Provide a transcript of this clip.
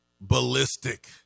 ballistic